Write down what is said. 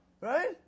Right